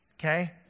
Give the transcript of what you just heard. Okay